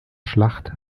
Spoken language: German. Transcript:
schlacht